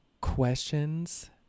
questions